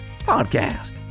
podcast